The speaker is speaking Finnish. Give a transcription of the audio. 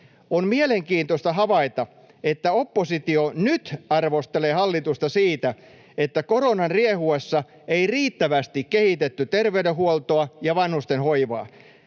On mielenkiintoista havaita, että oppositio nyt arvostelee hallitusta siitä, että koronan riehuessa ei riittävästi kehitetty terveydenhuoltoa ja vanhustenhoivaa.